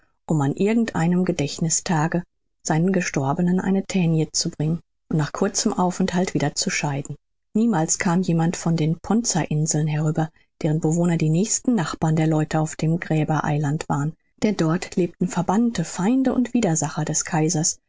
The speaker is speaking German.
um an irgend einem gedächtnißtage seinen gestorbenen eine tänie zu bringen und nach kurzem aufenthalt wieder zu scheiden niemals kam jemand von den ponza inseln herüber deren bewohner die nächsten nachbarn der leute auf dem gräbereiland waren denn dort lebten verbannte feinde und widersacher des kaisers